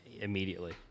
immediately